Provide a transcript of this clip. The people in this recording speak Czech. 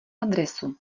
adresu